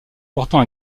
portant